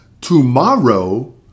tomorrow